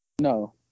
No